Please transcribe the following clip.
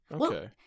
okay